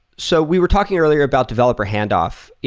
so we were talking earlier about developer handoff.